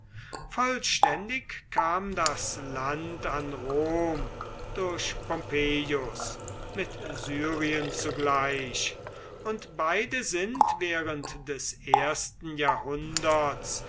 vollständig kam das land an rom durch pompeius mit syrien zugleich und beide sind während des ersten jahrhunderts